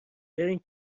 برین